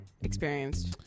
experienced